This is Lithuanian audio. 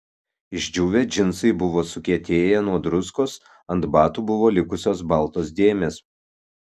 išdžiūvę džinsai buvo sukietėję nuo druskos ant batų buvo likusios baltos dėmės